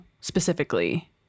specifically